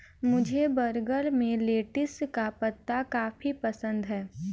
मुझे बर्गर में लेटिस का पत्ता काफी पसंद है